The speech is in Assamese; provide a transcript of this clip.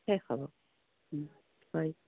শেষ হ'ব হয়